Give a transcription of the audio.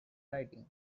writing